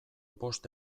bost